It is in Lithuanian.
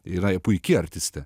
yra ji puiki artistė